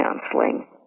counseling